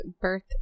birth